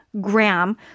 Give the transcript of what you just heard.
Graham